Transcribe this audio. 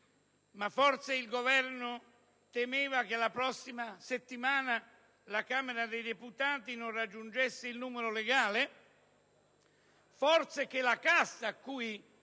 Ma forse il Governo temeva che la prossima settimana la Camera dei deputati non raggiungesse il numero legale? Forse che la Casta, a cui